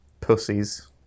pussies